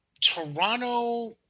Toronto –